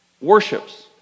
worships